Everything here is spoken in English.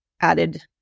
added